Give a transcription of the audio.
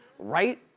right?